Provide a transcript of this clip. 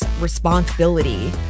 responsibility